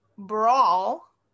brawl